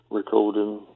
recording